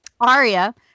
Aria